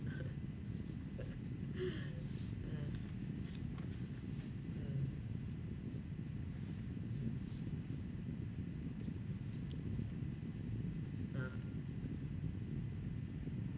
mm uh